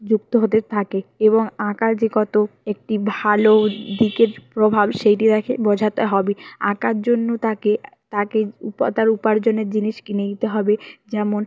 যুক্ত হতে থাকে এবং আঁকার যে কতো একটি ভালো দিকের প্রভাব সেইটি তাকে বোঝাতে হবে আঁকার জন্য তাকে তাকে তার উপার্জনের জিনিস কিনে দিতে হবে যেমন